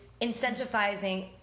incentivizing